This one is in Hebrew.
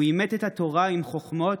הוא עימת את התורה עם החוכמות,